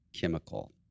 chemical